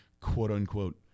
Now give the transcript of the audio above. quote-unquote